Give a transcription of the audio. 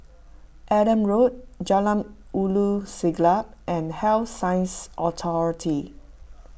Adam Road Jalan Ulu Siglap and Health Sciences Authority